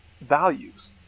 values